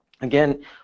Again